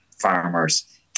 farmers